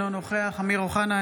אינו נוכח אמיר אוחנה,